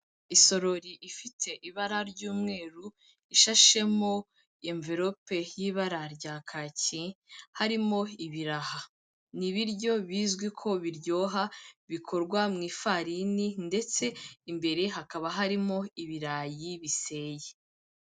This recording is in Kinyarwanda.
Isorori ifite ibara ry'umweru ishashemo emvirope y'ibara rya kakiyi, harimo ibiraha. Ni ibiryo bizwi ko biryoha bikorwa mu ifarini ndetse imbere hakaba harimo ibirayi biseye.